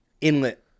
inlet